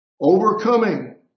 Overcoming